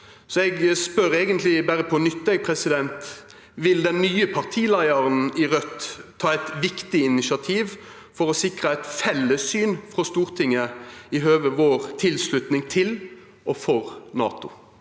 Så eg spør eigentleg berre på nytt: Vil den nye partileiaren i Raudt ta eit viktig initiativ for å sikra eit felles syn frå Stortinget i høve vår tilslutning til og for NATO?